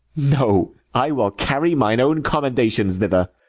no, i will carry mine own commendations thither.